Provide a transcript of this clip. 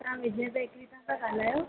तव्हां विजय बेकरी तां था ॻाल्हायो